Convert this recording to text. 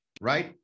right